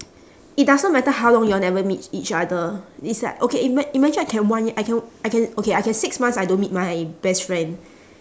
it doesn't matter how long y'all never meet each other it's like okay ima~ imagine I can one y~ I can I can okay I can six months I don't meet my best friend